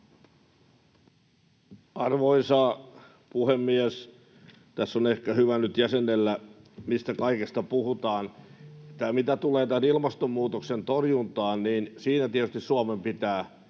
Arvoisa puhemies! Tässä on ehkä hyvä nyt jäsennellä, mistä kaikesta puhutaan. Mitä tulee tämän ilmastonmuutoksen torjuntaan, niin siinä tietysti Suomen pitää